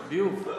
14. ביוב: